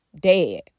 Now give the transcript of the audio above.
dead